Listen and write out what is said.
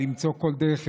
למצוא כל דרך אפשרית,